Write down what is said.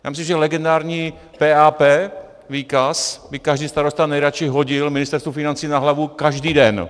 Já myslím, že legendární PAP výkaz by každý starosta nejradši hodil Ministerstvu financí na hlavu každý den.